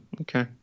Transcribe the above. Okay